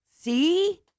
See